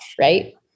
right